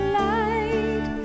light